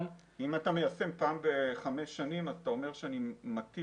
אם אתה מיישם פעם בחמש שנים, אתה אומר שאני מתיר